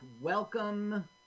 welcome